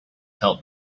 help